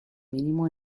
mínimo